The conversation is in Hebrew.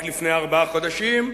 רק לפני ארבעה חודשים,